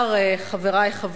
חברי חברי הכנסת,